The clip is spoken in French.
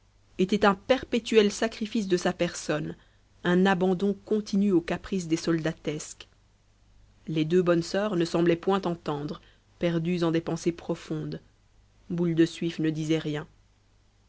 était un perpétuel sacrifice de sa personne un abandon continu aux caprices des soldatesques les deux bonnes soeurs ne semblaient point entendre perdues en des pensées profondes boule de suif ne disait rien